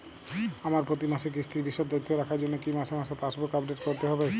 আমার প্রতি মাসের কিস্তির বিশদ তথ্য রাখার জন্য কি মাসে মাসে পাসবুক আপডেট করতে হবে?